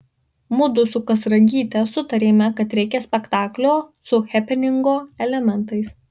mudu su kazragyte sutarėme kad reikia spektaklio su hepeningo elementais